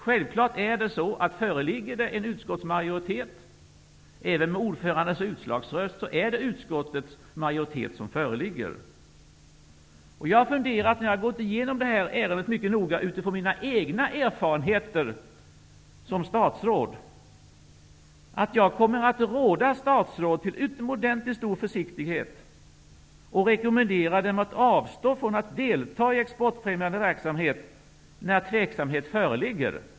Föreligger det en viss utskottsmajoritet, även med ordförandens utslagsröst, är det självfallet en utskottsmajoritet. Jag har gått igenom detta ärende mycket noga utifrån mina egna erfarenheter som statsråd. Jag kommer med hänvisning till KU:s uttalande att råda statsråd till utomordentligt stor försiktighet och rekommenderar dem, om de vill undgå kritik, att avstå från att delta i exportfrämjande verksamhet när tveksamhet föreligger.